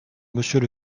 monsieur